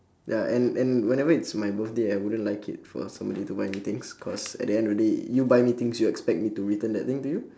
ya and and whenever it's my birthday I wouldn't like it for somebody to buy me things cause at the end of day really you buy me things you expect me to return that thing to you